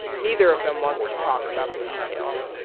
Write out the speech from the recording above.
neither of them wants to talk about the details.